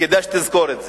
וכדאי שתזכור את זה,